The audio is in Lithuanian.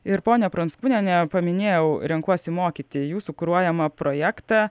ir pone pranckūniene paminėjau renkuosi mokyti jūsų kuruojamą projektą